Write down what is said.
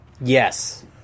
Yes